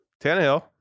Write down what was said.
Tannehill